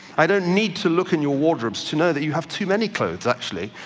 i don't need to look in your wardrobes to know that you have too many clothes actually,